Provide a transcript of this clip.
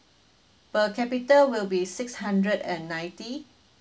per capita will be six hundred and ninety